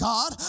God